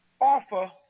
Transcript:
offer